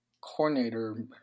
coordinator